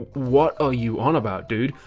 what are you on about dude?